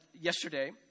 yesterday